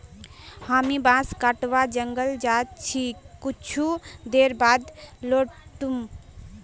हामी बांस कटवा जंगल जा छि कुछू देर बाद लौट मु